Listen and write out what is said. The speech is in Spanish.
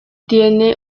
tiene